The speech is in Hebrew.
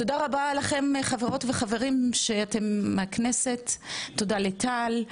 תודה רבה לכם חברות וחברים ותודה לטל.